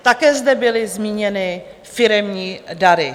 Také zde byly zmíněny firemní dary.